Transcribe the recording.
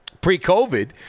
pre-COVID